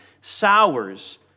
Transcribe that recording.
sours